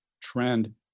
trend